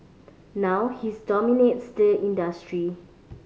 now his dominates the industry